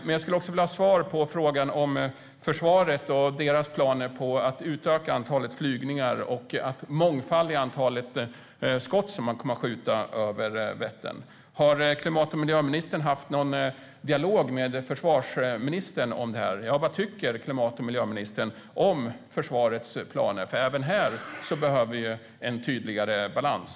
Men jag skulle också vilja ha svar på frågan om försvaret och dess planer på att utöka antalet flygningar och mångfalden i de skott som man kommer att skjuta över Vättern. Har klimat och miljöministern haft någon dialog med försvarsministern om detta? Vad tycker klimat och miljöministern om försvarets planer? Även här behöver vi en tydligare balans.